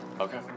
Okay